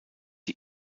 die